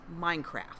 Minecraft